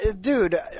Dude